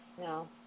No